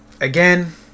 again